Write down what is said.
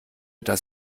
dass